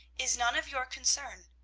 is none of your concern.